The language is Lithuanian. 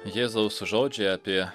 jėzaus žodžiai apie